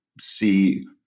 see